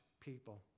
people